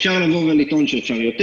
אפשר לבוא ולטעון שאפשר יותר.